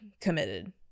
committed